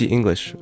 English